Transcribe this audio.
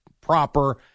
proper